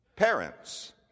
Parents